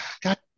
God